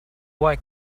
why